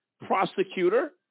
prosecutor